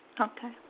Okay